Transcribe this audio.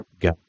go